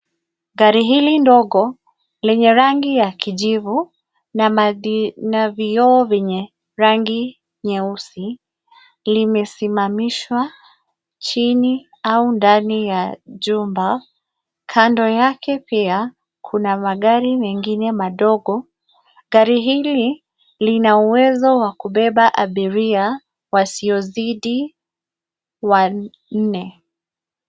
Gari hili ndogo lenye rangi ya kijivu na vioo vyenye rangi nyeusi ,limesimamishwa chini au ndani ya jumba, kando yake pia kuna magari mengine madogo. Gari hili lina uwezo wa kubeba abiria wasiozidi wanne.